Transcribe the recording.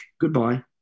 goodbye